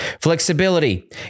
flexibility